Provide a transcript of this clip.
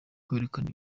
kwerekana